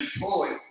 boy